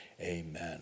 Amen